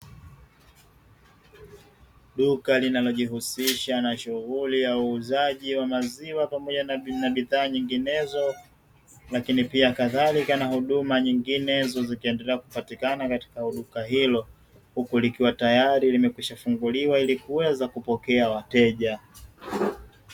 Duka linalojihusisha na shughuli ya uuzaji wa maziwa pamoja na bidhaa nyinginezo lakini pia kadhalika na huduma nyinginezo zikiendelea kupatikana katika duka hilo huku likiwa tayari limekwisha funguliwa ili kuweza kupokea wateja.